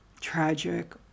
tragic